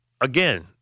again